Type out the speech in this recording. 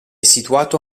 situato